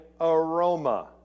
aroma